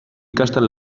ikasten